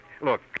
Look